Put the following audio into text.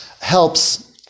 helps